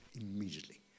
immediately